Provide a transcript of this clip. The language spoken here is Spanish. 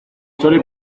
chole